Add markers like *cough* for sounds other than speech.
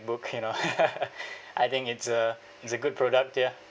MacBook you know *laughs* I think it's a it's a good product ya